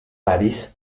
parís